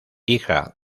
hija